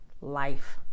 life